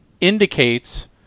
indicates